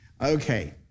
Okay